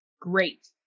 great